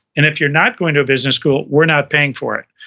and if you're not going to a business school, we're not paying for it.